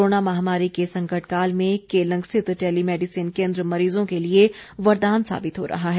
corona महामारी के संकट काल में केलंग स्थित टेलीमैडिसन केन्द्र मरीजों के लिए वरदान साबित हो रहा है